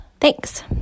Thanks